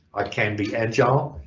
i can be agile.